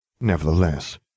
Nevertheless